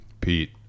Pete